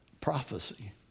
prophecy